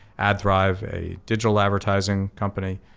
adthrive, a digital advertising company,